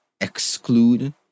exclude